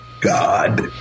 God